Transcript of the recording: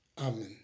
Amen